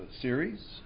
series